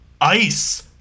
ice